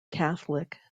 catholic